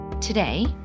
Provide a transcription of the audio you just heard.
today